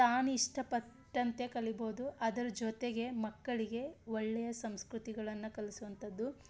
ತಾನಿಷ್ಟಪಟ್ಟಂತೆ ಕಲಿಬೋದು ಅದ್ರ ಜೊತೆಗೆ ಮಕ್ಕಳಿಗೆ ಒಳ್ಳೆಯ ಸಂಸ್ಕೃತಿಗಳನ್ನು ಕಲಿಸುವಂಥದ್ದು